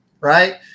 Right